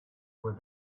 with